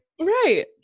right